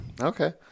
Okay